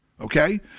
Okay